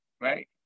right